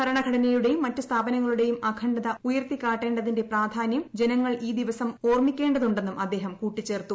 ഭരണഘടനയൂട്ട്ടിയുര് മറ്റ് സ്ഥാപനങ്ങളുടെയും അഖണ്ഡത ഉയർത്തിക്കാട്ടേണ്ടതിന്റെ പ്രാധാനൃം ജനങ്ങൾ ഈ ദിവസം ഓർമ്മിക്കേണ്ടതുണ്ടെന്നും അദ്ദേഹം കൂട്ടിച്ചേർത്തു